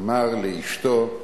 אמר לאשתו: